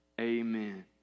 Amen